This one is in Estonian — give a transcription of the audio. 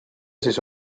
siis